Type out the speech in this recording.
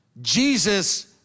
Jesus